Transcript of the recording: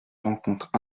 rencontrent